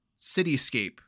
cityscape